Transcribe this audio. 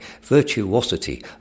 virtuosity